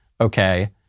Okay